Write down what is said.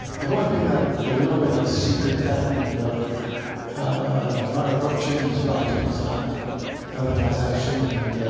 i've always been ah a little bit of a secret fan of ah of murray bookchin's writings on urbanization and